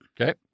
Okay